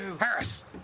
Harris